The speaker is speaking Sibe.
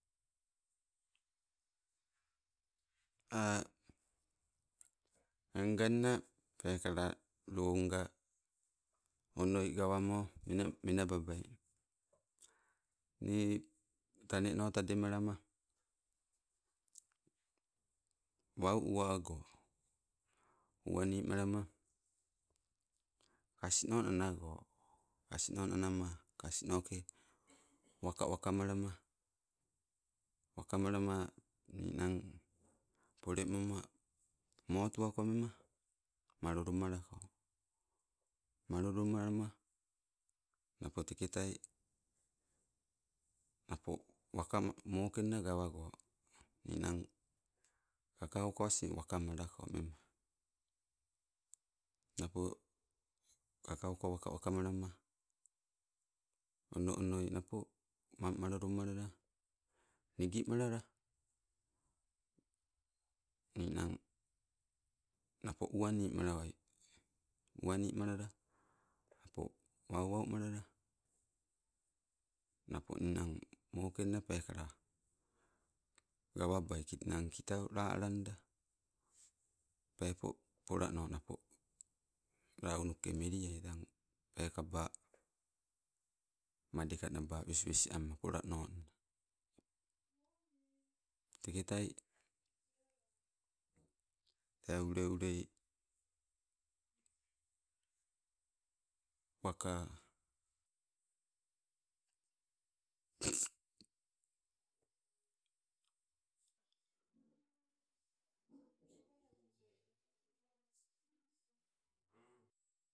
nganna pekala lo nga onoi, gawamo menababai. Nii taneno tademalema wau uwa agoo, uwanimalama, kasno nanago, kasno nanama kasnoke, waka wei ka melama, wakamala nineng polemoma motuwako mema maloilo malako. Malolo alema napo teketai napo waka, waka mokenna gawago. Ninang kakauko asing uwakamalako mema. Napo kakauko waka waka malama, ono onoi napo mang malolo malala nigi malala ninang napo uwani malawai. Uwanimolala napo wau wau malala. Napo ninang mokenna peekala gawabai kit, kitau la alanda, peepo polano napo launuke tang meliai, pekaba madekanabe wes amma pola nonna teketai, te ule wei waka